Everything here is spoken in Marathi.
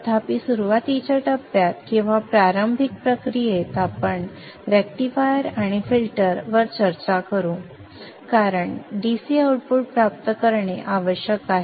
तथापि सुरुवातीच्या टप्प्यात किंवा प्रारंभिक प्रक्रियेत आपण रेक्टिफायर आणि फिल्टर वर चर्चा करू कारण DC आउटपुट प्राप्त करणे आवश्यक आहे